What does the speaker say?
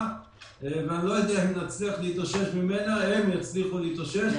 אני מתנצלת שאני צריכה לפתוח אותה.